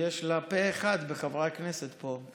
יש לה פה אחד בחברי הכנסת פה.